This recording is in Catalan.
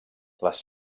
les